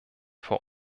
vor